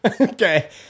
Okay